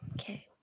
Okay